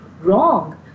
wrong